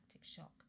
shock